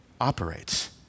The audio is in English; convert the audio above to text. operates